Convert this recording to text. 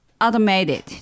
Automated